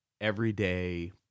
everyday